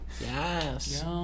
yes